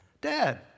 Dad